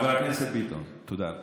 חבר הכנסת ביטון, תודה לך,